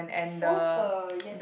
So-Pho yes